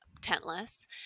tentless